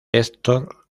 hector